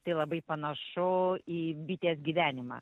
tai labai panašu į bitės gyvenimą